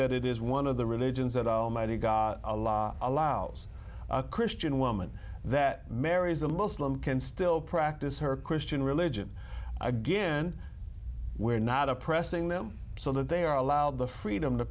that it is one of the religions that almighty god a law allows a christian woman that marries a muslim can still practice her christian religion again we're not oppressing them so that they are allowed the freedom to